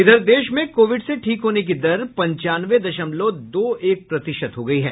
वहीं देश में कोविड से ठीक होने की दर पंचानवे दशमलव दो एक प्रतिशत हो गई है